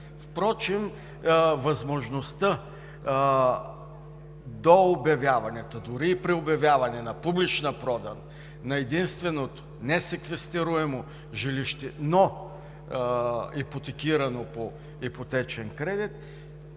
Впрочем, възможността до обявяването, дори и при обявяване на публична продан на единственото несеквестируемо жилище, но ипотекирано по ипотечен кредит,